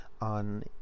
on